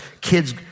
kids